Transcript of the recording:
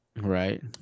Right